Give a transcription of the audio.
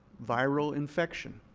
viral infection.